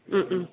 ഉം ഉം